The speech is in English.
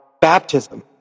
baptism